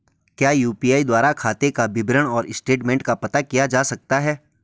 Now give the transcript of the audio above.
क्या यु.पी.आई द्वारा खाते का विवरण और स्टेटमेंट का पता किया जा सकता है?